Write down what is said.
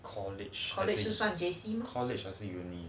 college college 是算 college uni